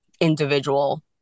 individual